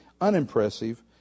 unimpressive